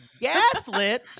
gaslit